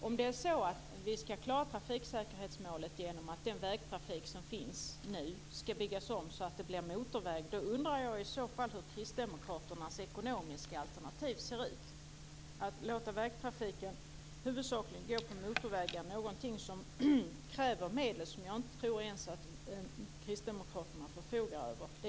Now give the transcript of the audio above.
Fru talman! Om vi ska klara trafiksäkerhetsmålet genom att den vägtrafik som nu finns ska byggas om så att det blir motorvägar, undrar jag i så fall hur Kristdemokraternas ekonomiska alternativ ser ut. Att låta vägtrafiken huvudsakligen gå på motorvägar är någonting som kräver medel som jag inte tror ens att Kristdemokraterna förfogar över.